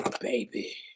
baby